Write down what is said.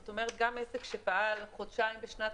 זאת אומרת גם עסק שפעל חודשיים בשנת